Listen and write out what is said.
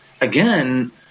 again